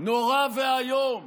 נורא ואיום,